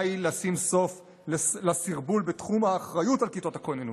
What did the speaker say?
היא לשים סוף לסרבול בתחום האחריות על כיתות הכוננות.